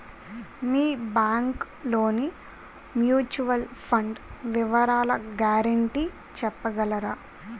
మీ bank లోని mutual fund వివరాల guarantee చెప్పగలరా?